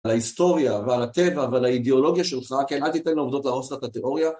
על ההיסטוריה ועל הטבע ועל האידיאולוגיה שלך, כן, אל תיתן לעובדות להרוס לך את התיאוריה.